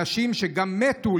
אנשים שימותו,